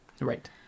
Right